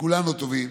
כולנו טובים.